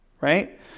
right